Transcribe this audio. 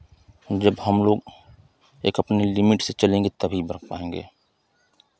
जब हमलोग एक अपनी लिमिट से चलेंगे तभी बच पाएंगे